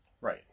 Right